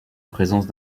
présence